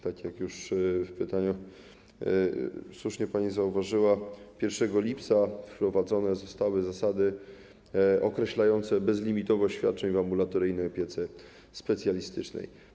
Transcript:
Tak jak już w pytaniach słusznie pani zauważyła, 1 lipca wprowadzone zostały zasady określające bezlimitowość świadczeń ambulatoryjnych w opiece specjalistycznej.